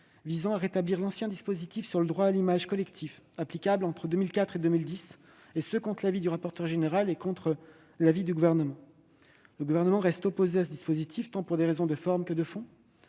visant à rétablir l'ancien dispositif du droit à l'image collective, appliqué entre 2004 et 2010, contre l'avis du rapporteur général et du Gouvernement. Le Gouvernement reste opposé à ce dispositif, pour des raisons tant de forme que de fond.